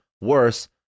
worse